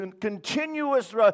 continuous